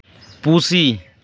ᱯᱩᱥᱤ